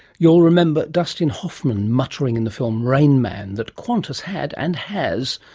you'll remember dustin hoffman muttering in the film rain man that qantas had, and has,